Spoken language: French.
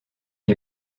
est